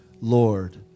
Lord